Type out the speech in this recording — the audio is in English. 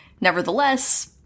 nevertheless